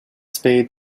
spade